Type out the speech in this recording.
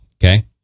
Okay